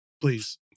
Please